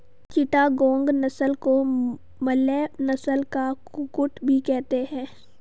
चिटागोंग नस्ल को मलय नस्ल का कुक्कुट भी कहते हैं